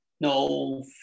no